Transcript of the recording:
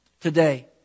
today